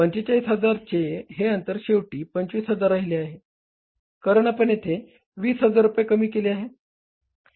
45000 चे हे अंतर शेवटी 25000 राहिले आहे कारण आपण येथे 20000 रुपये कमी केले आहेत